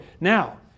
Now